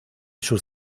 sus